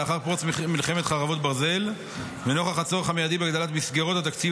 לאחר פרוץ מלחמת חרבות ברזל ונוכח הצורך המיידי בהגדלת מסגרות התקציב